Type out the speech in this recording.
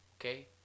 Okay